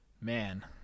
Man